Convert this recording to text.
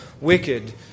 wicked